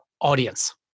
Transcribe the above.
audience